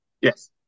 Yes